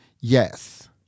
Yes